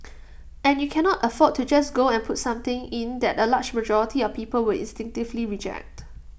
and you cannot afford to just go and put something in that A large majority of people will instinctively reject